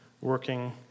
working